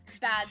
bad